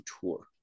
tour